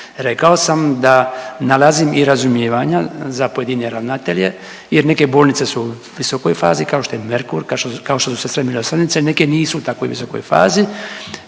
Rekao sam da nalazim i razumijevanja za pojedine ravnatelje jer neke bolnice su u visokoj fazi kao što je „Merkur“, kao što su „Sestre milosrdnice“, neke nisu u takvoj visokoj fazi